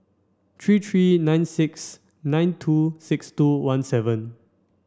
three three nine six nine two six two one seven